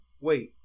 Wait